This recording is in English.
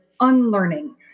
unlearning